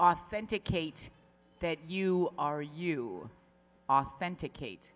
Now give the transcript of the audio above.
authenticate that you are you authenticate